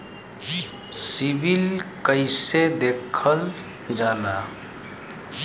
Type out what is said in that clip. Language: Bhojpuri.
सिविल कैसे देखल जाला?